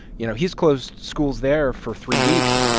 you know, he's closed schools there for three weeks,